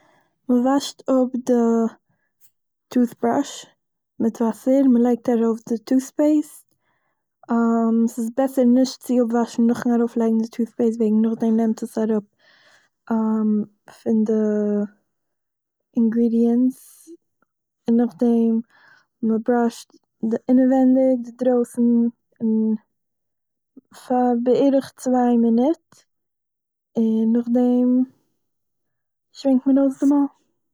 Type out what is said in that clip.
מ'וואשט אפ די טוט'-בראש מיט וואסער, מ'לייגט ארויף די טוט'-פעיסט, ס'איז בעסער נישט צו אפוואשן נאכ'ן ארויפלייגן די טוט'-פעיסט וועגן נאכדעם נעמט עס אראפ, פון די אינגרידיענטס, און נאכדעם מ'בראשט די אינעווייניג די דרויסן און פאר בערך צוויי מינוט, און נאכדעם שווענקט מען אויס די מויל